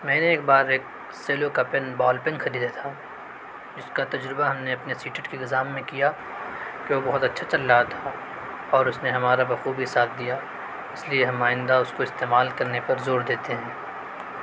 میں نے ایک بار ایک سیلو کا پین بال پین خریدا تھا جس کا تجربہ ہم نے اپنے سی ٹیڈ کے ایگزام میں کیا کہ وہ بہت اچھا چل رہا تھا اور اس نے ہمارا بخوبی ساتھ دیا اس لیے ہم آئندہ اس کو استعمال کرنے پر زور دیتے ہیں